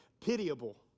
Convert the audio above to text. Pitiable